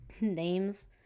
names